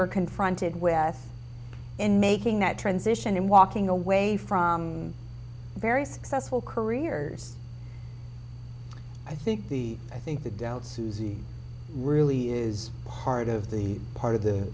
were confronted with in making that transition and walking away from very successful careers i think the i think the doubt suzi really is part of the part of the